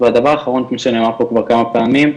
והדבר האחרון כפי שנאמר פה כבר כמה פעמים,